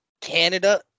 Canada